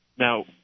Now